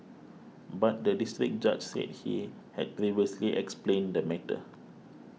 but the District Judge said he had previously explained the matter